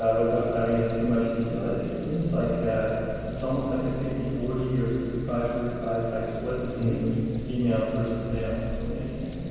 ah without diving into too much detail, it it seems like there's almost like a sixty forty or sixty five thirty five type split between females versus males, which is quite interesting.